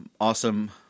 awesome